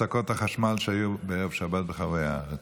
הפסקות החשמל שהיו בערב שבת ברחבי הארץ.